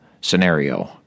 scenario